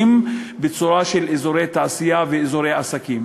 בצורה של אזורי תעשייה ואזורי עסקים.